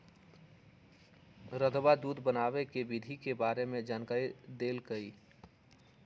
रधवा दूध बनावे के विधि के बारे में जानकारी देलकई